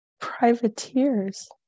privateers